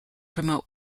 promote